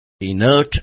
Inert